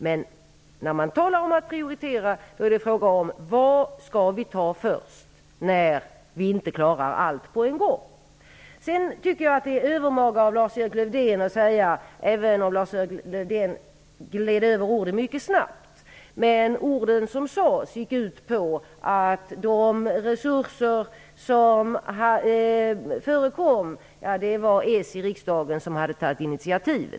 Men när man talar om att prioritera är det fråga om vad man skall ta först, när man inte klarar av allt på en gång. Även om Lars-Erik Lövdén gled över orden mycket snabbt var de ord som sades övermaga. De gick ut på att socialdemokraterna i riksdagen tagit initiativ till de resurser som tilldelats.